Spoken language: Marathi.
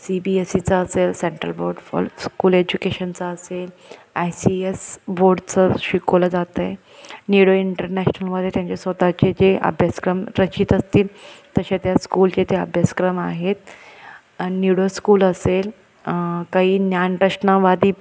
सी बी एस सीचा असेल सेंट्रल बोर्ड फॉर स्कूल एज्युकेशनचा असेल आय सी एस बोर्डचं शिकवलं जात आहे निडो इंटरनॅशनलमध्ये त्यांच्या स्वतःचे जे अभ्यासक्रम रचित असतील तसे त्या स्कूलचे ते अभ्यासक्रम आहेत निडो स्कूल असेल काही ज्ञानरचनावादी